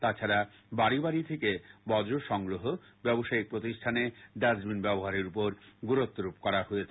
তাছাডা বাডি বাড়ি থেকে বর্জ্য সংগ্রহ ব্যবসায়িক প্রতিষ্ঠানে ডাস্টবিন ব্যবহারের উপর গুরুত্বারোপ করা হয়েছে